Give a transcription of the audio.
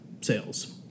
sales